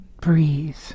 breathe